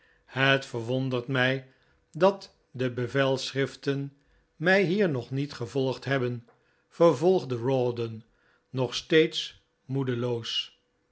het verwondert mij dat de bevelschriften mij hier nog niet gevolgd hebben vervolgde rawdon nog steeds moedeloos